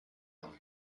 rue